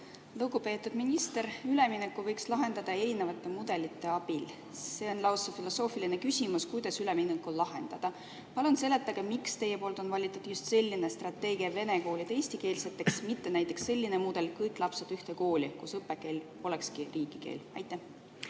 Lugupeetud minister! Ülemineku võiks lahendada erinevate mudelite abil. See on lausa filosoofiline küsimus, kuidas üleminekut lahendada. Palun seletage, miks teie poolt on valitud just selline strateegia, et vene koolid eestikeelseteks, mitte näiteks selline mudel, et kõik lapsed ühte kooli, kus õppekeel olekski riigikeel.